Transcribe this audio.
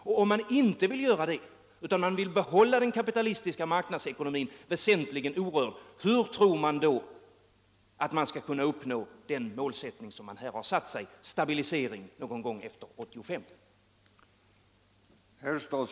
Och om man inte vill göra det, utan vill behålla den kapitalistiska marknadsekonomin väsentligen orörd, hur tror man då att man skall kunna uppnå det mål som man här satt upp: stabilisering någon gång efter 1985?